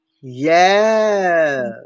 Yes